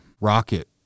rocket